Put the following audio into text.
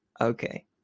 Okay